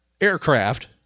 aircraft